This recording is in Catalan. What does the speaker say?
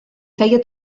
feia